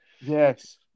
Yes